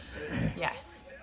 Yes